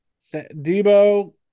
Debo